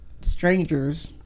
strangers